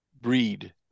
breed